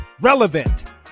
relevant